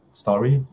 story